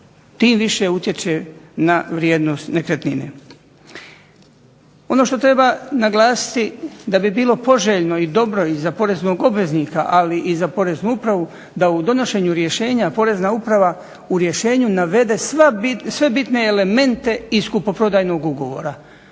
tim više utječe na vrijednost nekretnine. Ono što treba naglasiti da bi bilo poželjno i dobro za poreznog obveznika ali i za Poreznu upravu da u donošenju rješenja Porezna uprava u rješenju navede sve bitne elemente iz kupoprodajnog ugovora.